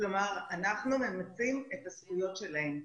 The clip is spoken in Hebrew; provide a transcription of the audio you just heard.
כלומר אנחנו ממצים את הזכויות שלהם.